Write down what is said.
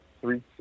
three